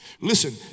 listen